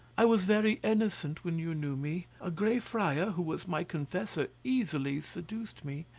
i was very innocent when you knew me. a grey friar, who was my confessor, easily seduced me.